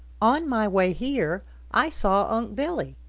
on my way here i saw unc' billy,